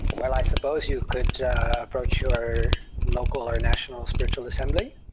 well, i suppose you could approach your local or national spiritual assembly,